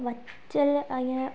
വറ്റൽ ആ അങ്ങനെ